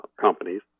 companies